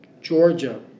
Georgia